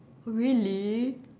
really